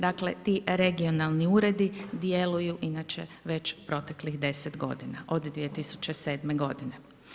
Dakle, ti regionalni uredi djeluju inače već proteklih 10 godine, od 2007. godine.